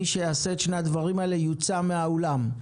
מי שיעשה את שני הדברים האלה יוצא מהאולם.